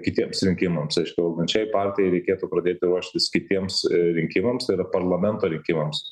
kitiems rinkimams aišku valdančiajai partijai reikėtų pradėti ruoštis kitiems rinkimams tai yra parlamento rinkimams